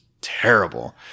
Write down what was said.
terrible